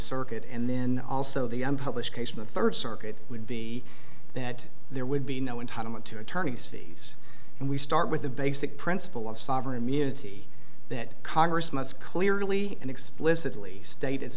circuit and then also the un publish case of a third circuit would be that there would be no entitlement to attorney's fees and we start with the basic principle of sovereign immunity that congress must clearly and explicitly state it